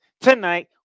tonight